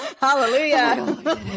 hallelujah